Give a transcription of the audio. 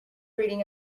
reading